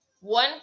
one